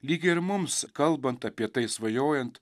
lyg ir mums kalbant apie tai svajojant